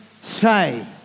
say